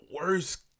worst